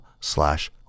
slash